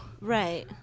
Right